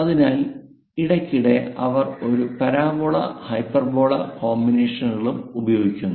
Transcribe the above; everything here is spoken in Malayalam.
അതിനാൽ ഇടയ്ക്കിടെ അവർ ഈ പരാബോള ഹൈപ്പർബോള കോമ്പിനേഷനുകളും ഉപയോഗിക്കുന്നു